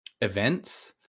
events